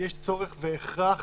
צורך והכרח